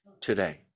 today